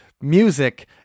music